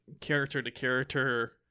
character-to-character